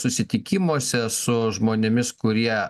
susitikimuose su žmonėmis kurie